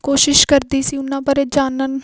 ਕੋਸ਼ਿਸ਼ ਕਰਦੀ ਸੀ ਉਹਨਾਂ ਬਾਰੇ ਜਾਣਨ